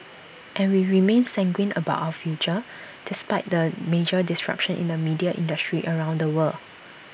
and we remain sanguine about our future despite the major disruptions in the media industry around the world